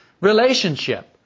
relationship